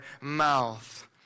mouth